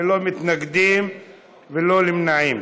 ללא מתנגדים וללא נמנעים.